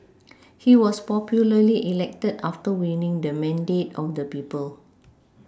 he was popularly elected after winning the mandate on the people